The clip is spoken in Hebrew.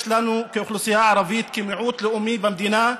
יש לנו, כאוכלוסייה ערבית, כמיעוט לאומי במדינה,